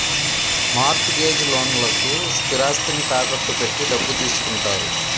mart gauge లోన్లకు స్థిరాస్తిని తాకట్టు పెట్టి డబ్బు తీసుకుంటారు